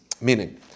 Meaning